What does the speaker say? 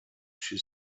she